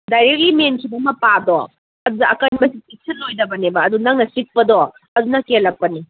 directly ꯃꯦꯟꯈꯤꯕ ꯃꯄꯥꯗꯣ ꯑꯗꯨꯗ ꯑꯀꯟꯕꯗꯤ ꯆꯤꯛꯁꯤꯜꯂꯣꯏꯗꯕꯅꯦꯕ ꯑꯗꯣ ꯅꯪꯅ ꯆꯤꯛꯄꯗꯣ ꯑꯗꯨꯅ ꯀꯦꯜꯂꯛꯄꯅꯤ